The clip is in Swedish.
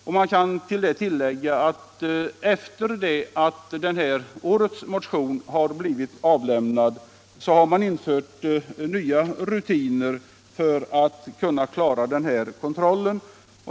Jag kan tillägga att efter det att årets motion väckts har nya rutiner införts för att klara kontrollen.